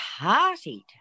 partied